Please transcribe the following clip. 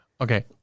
Okay